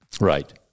right